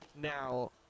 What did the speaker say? Now